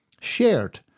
shared